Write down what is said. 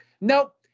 Nope